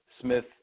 Smith